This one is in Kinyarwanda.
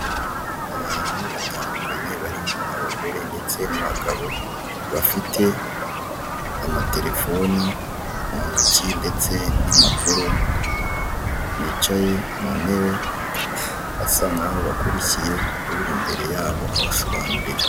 Umugore wuriye ipoto ry'amashanyarazi arimo arashaka ibikoresho byo gutunganya ikibazo cyaba gihari kuri iryo poto ry'amashanyarazi arimo gukoraho akazi.